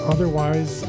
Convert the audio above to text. Otherwise